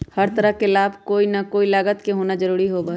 हर तरह के लाभ में कोई ना कोई लागत के होना जरूरी होबा हई